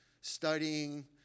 studying